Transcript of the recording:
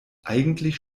eigentlich